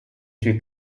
suoi